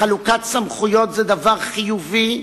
חלוקת סמכויות זה דבר חיובי,